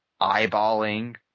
eyeballing